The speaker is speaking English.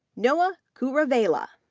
noah kuruvilla,